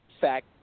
fact